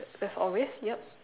as always yup